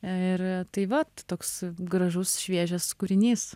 ir tai vat toks gražus šviežias kūrinys